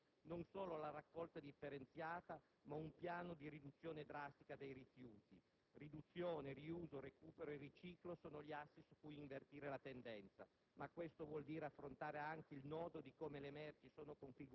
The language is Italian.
credo che l'ultimo vero piano di emergenza sia cominciare da subito non solo la raccolta differenziata, ma un piano di riduzione drastica dei rifiuti. Riduzione, riuso, recupero e riciclo sono gli assi su cui invertire la tendenza,